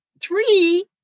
three